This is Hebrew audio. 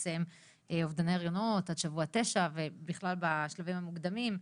בעצם אובדני הריונות עד שבוע תשע ובכלל בשלבים המוקדמים,